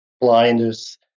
blinders